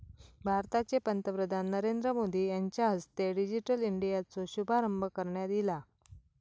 भारताचे पंतप्रधान नरेंद्र मोदी यांच्या हस्ते डिजिटल इंडियाचो शुभारंभ करण्यात ईला